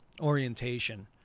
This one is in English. orientation